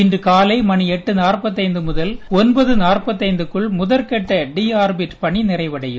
இன்றுகாலைமணிஎட்டுநாற்பத்தைந்துமுதல்ஒன்பதுநாற்பத்தைந்துக்குள்முதற் கட்டட ஆர்பிட்பணிநிறைவடையும்